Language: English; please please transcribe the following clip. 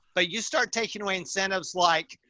but you start taking away incentives like,